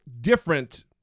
different